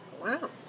Wow